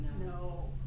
No